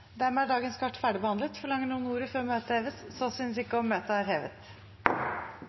dagens kart ferdigbehandlet. Forlanger noen ordet før møtet heves? – Møtet er hevet.